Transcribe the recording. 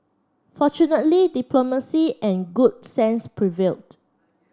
fortunately diplomacy and good sense prevailed